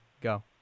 go